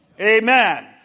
Amen